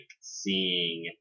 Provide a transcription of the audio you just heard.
seeing